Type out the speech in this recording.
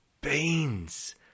beans